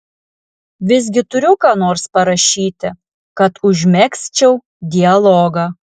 visgi turiu ką nors parašyti kad užmegzčiau dialogą